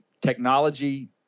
technology